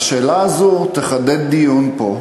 והשאלה הזאת תחדד דיון פה,